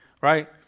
right